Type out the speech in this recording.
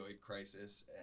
crisis